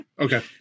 Okay